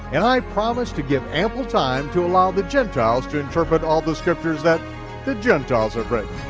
and i promise to give ample time to allow the gentiles to interpret all the scriptures that the gentiles have written.